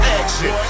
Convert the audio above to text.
action